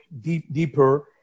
deeper